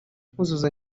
kuzuza